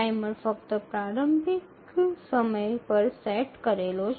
timer ફક્ત પ્રારંભિક સમય પર સેટ કરેલો છે